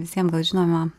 visiem gal žinoma